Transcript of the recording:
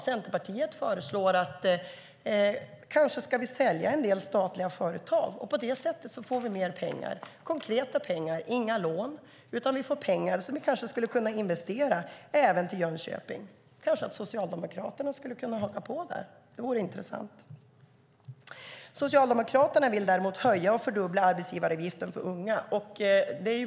Centerpartiet föreslår att vi kanske ska sälja en del statliga företag och på det sättet få in mer pengar. Det vore konkreta pengar, inga lån, utan pengar som vi kanske kunde investera också i Jönköping. Möjligen skulle Socialdemokraterna kunna haka på där. Det vore intressant. Socialdemokraterna vill i stället höja och fördubbla arbetsgivaravgiften för unga.